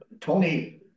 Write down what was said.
Tony